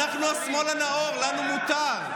אנחנו השמאל הנאור, לנו מותר.